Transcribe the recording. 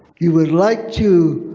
you would like to